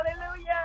Hallelujah